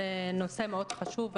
זה נושא מאוד חשוב,